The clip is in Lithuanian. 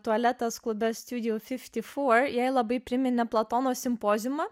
tualetas klube jai labai priminė platono simpoziumą